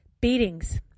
Beatings